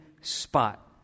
spot